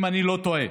אם אני לא טועה.